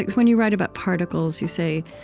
when you write about particles you say,